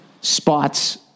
spots